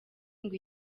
ngo